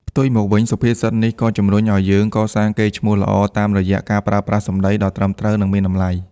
ផ្ទុយមកវិញ សុភាសិតនេះក៏ជំរុញឱ្យយើង កសាងកេរ្តិ៍ឈ្មោះល្អតាមរយៈការប្រើប្រាស់សម្ដីដ៏ត្រឹមត្រូវ និងមានតម្លៃ។